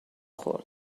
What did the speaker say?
خوردم